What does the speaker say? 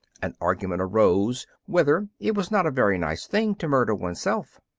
an argument arose whether it was not a very nice thing to murder one's self.